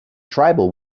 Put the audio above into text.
tribal